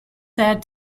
said